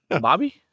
Bobby